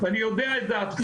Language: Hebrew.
שאני מאוד מעריך אותו,